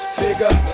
figure